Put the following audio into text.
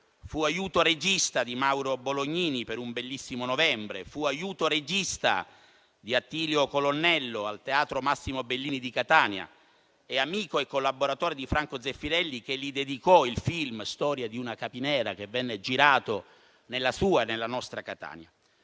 Fu aiuto regista di Mauro Bolognini, per «Un bellissimo novembre», fu aiuto regista di Attilio Colonnello al Teatro Massimo Bellini di Catania e amico e collaboratore di Franco Zeffirelli che gli dedicò il film «Storia di una capinera» che venne girato nella sua e nella nostra Catania.